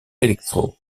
electro